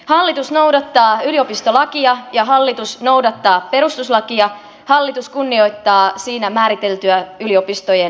hallitus noudattaa yliopistolakia ja hallitus noudattaa perustuslakia hallitus kunnioittaa siinä määriteltyä yliopistojen autonomiaa